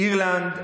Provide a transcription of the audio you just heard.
אירלנד,